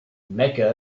mecca